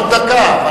עוד דקה.